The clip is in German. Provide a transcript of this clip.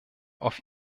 auf